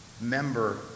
member